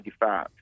1985